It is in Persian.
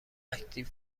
اکتیو